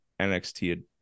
NXT